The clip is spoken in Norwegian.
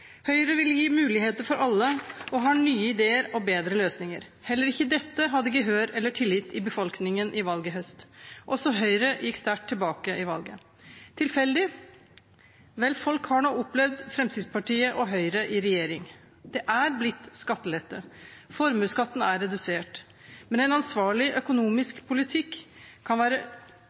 Høyre vil gi muligheter for alle og har nye ideer og bedre løsninger. Heller ikke dette hadde gehør eller tillit i befolkningen ved valget i høst. Også Høyre gikk sterkt tilbake i valget. Tilfeldig? Vel, folk har nå opplevd Fremskrittspartiet og Høyre i regjering. Det har blitt skattelette. Formuesskatten er redusert. Men en ansvarlig økonomisk politikk kan være